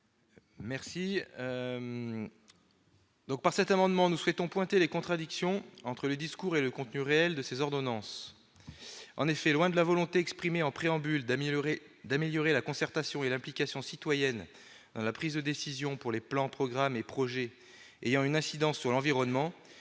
Gontard. Par cet amendement, nous souhaitons pointer les contradictions entre le discours et le contenu réel de ces ordonnances. En effet, loin de la volonté exprimée en préambule d'améliorer la concertation et l'implication citoyennes dans la prise de décision pour les plans, programmes et projets ayant une incidence sur l'environnement,